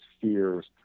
fears